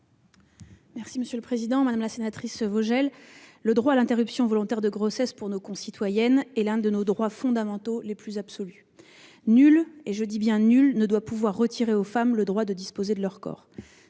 secrétaire d'État. Madame la sénatrice Vogel, le droit à l'interruption volontaire de grossesse (IVG) pour nos concitoyennes est l'un de nos droits fondamentaux les plus absolus. Nul- je dis bien nul -ne doit pouvoir retirer aux femmes le droit de disposer de leur corps.